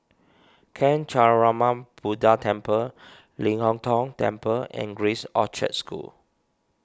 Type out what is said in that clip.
Buddha Temple Ling Hong Tong Temple and Grace Orchard School